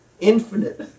infinite